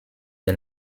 des